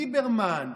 ליברמן,